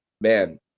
man